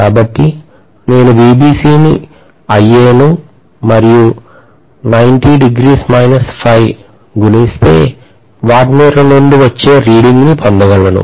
కాబట్టి నేను VBC ను IA ను మరియు గుణిస్తే వాట్మీటర్ నుండి వచ్చే రీడింగ్ ను పొందగలను